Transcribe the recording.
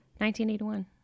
1981